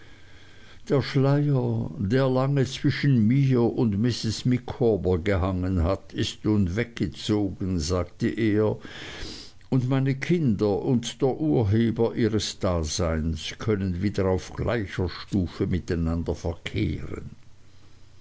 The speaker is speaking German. der schleier der lange zwischen mir und mrs micawber gehangen hat ist nun weggezogen sagte er und meine kinder und der urheber ihres daseins können wieder auf gleicher stufe miteinander verkehren